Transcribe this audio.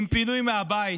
עם פינוי מהבית,